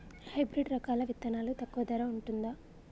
Hybrid రకాల విత్తనాలు తక్కువ ధర ఉంటుందా?